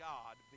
God